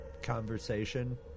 Conversation